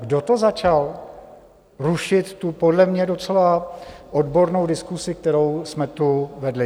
Kdo to začal rušit, tu podle mě docela odbornou diskusi, kterou jsme tu vedli?